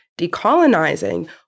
decolonizing